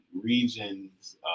regions